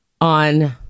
on